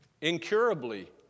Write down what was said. incurably